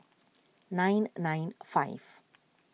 nine nine five